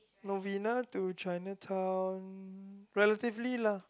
Novena to Chinatown relatively lah